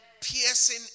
piercing